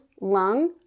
lung